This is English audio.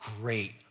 great